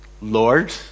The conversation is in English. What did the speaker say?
lord